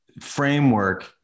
framework